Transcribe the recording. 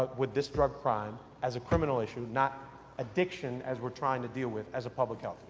ah with this drug crime as a criminal issue not addiction as we're trying to deal with as a public health